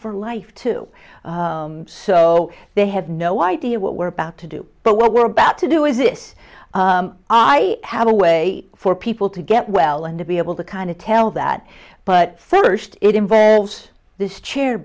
for life too so they have no idea what we're about to do but what we're about to do is this i have a way for people to get well and to be able to kind of tell that but first it involves this chair